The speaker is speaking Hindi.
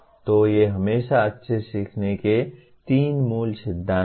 तो ये हमेशा अच्छे सीखने के तीन मूल सिद्धांत हैं